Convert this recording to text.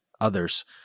others